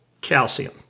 calcium